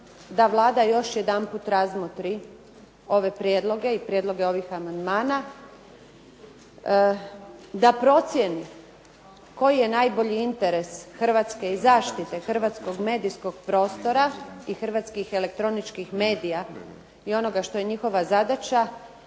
da Vlada još jedanput razmotri ove prijedloge i prijedloge ovih amandmana, da procijeni koji je najbolji interes Hrvatske i zaštite hrvatskog medijskog prostora i hrvatskih elektroničkih medija, i onoga što je njihova zadaća